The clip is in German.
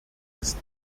ist